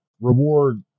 reward